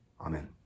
Amen